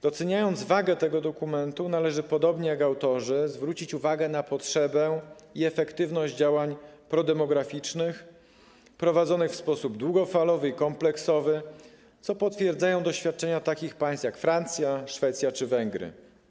Doceniając wagę tego dokumentu, należy - podobnie jak to zrobili jego autorzy - zwrócić uwagę na potrzebę i efektywność działań prodemograficznych prowadzonych w sposób długofalowy i kompleksowy, co potwierdzają doświadczenia takich państw jak Francja, Szwecja czy Węgry.